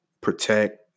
protect